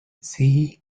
see